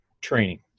training